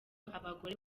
abagore